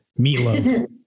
Meatloaf